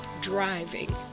driving